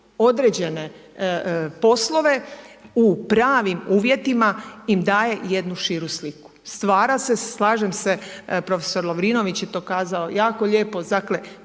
određene poslove u pravim uvjetima im daje jednu širu sliku. Stvara se, slažem se, prof. Lovrinović je to rekao jako lijepo, podiže